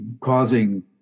causing